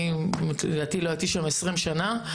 אני לא הייתי שם 20 שנים.